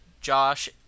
Josh